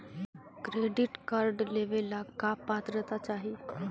Credit card लेवेला का पात्रता चाही?